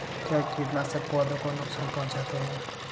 क्या कीटनाशक पौधों को नुकसान पहुँचाते हैं?